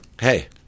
Hey